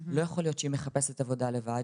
לא יכול להיות שהיא מחפשת עבודה לבד,